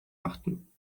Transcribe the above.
achten